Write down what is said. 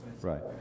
Right